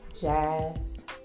jazz